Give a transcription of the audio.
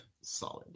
Solid